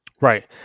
Right